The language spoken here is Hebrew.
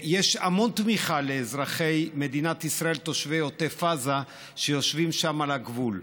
יש המון תמיכה לאזרחי מדינת ישראל תושבי עוטף עזה שיושבים שם על הגבול.